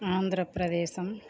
Andhra Pradesh